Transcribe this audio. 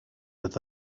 with